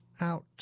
Out